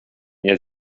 nie